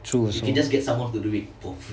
true also